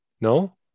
no